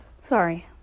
Sorry